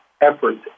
efforts